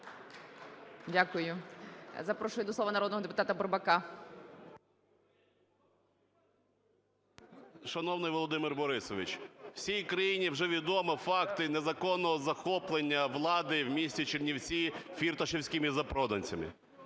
Дякую. Запрошую до слова народного депутата Бурбака. 10:59:59 БУРБАК М.Ю. Шановний Володимире Борисовичу, всій країні вже відомі факти незаконного захоплення влади в місті Чернівці фірташевськими запроданцями.